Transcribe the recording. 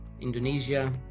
Indonesia